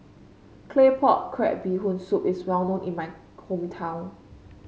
Claypot Crab Bee Hoon Soup is well known in my hometown